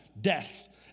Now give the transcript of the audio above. Death